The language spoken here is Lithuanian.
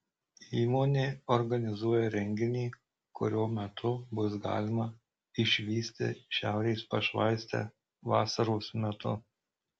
įmonė organizuoja renginį kurio metu bus galima išvysti šiaurės pašvaistę vasaros metu